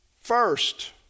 First